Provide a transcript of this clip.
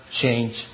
change